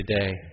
today